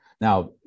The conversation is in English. Now